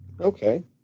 Okay